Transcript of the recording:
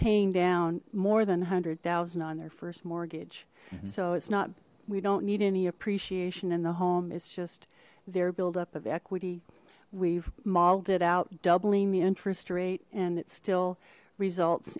paying down more than a hundred thousand on their first mortgage so it's not we don't need any appreciation in the home it's just their build up of equity we've modeled it out doubling the interest rate and it still results